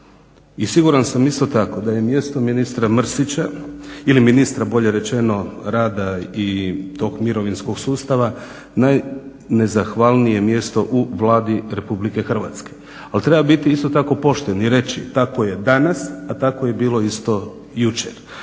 i siguran sam isto tako da je mjesto ministra Mrsića ili ministra bolje rečeno rada i tog mirovinskog sustava najnezahvalnije mjesto u Vladi Republike Hrvatske. Ali treba biti isto tako pošten i reći tako je danas, a tako je bilo isto jučer.